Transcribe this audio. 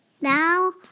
Now